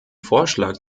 vorschlag